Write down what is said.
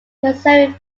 preserving